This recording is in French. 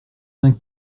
vingt